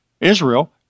Israel